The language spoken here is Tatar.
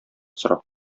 сорап